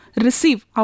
receive